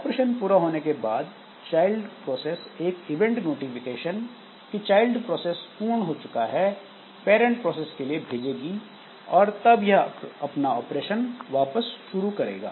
operation पूरा होने के बाद चाइल्ड प्रोसेस एक इवेंट नोटिफिकेशन कि चाइल्ड प्रोसेस पूर्ण हो चुकी है पैरंट प्रोसेस के लिए भेजेगी और तब यह अपना ऑपरेशन वापस शुरू करेगा